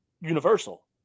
universal